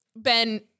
Ben